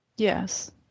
Yes